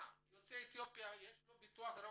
ליוצא אתיופיה יש ביטוח רפואי,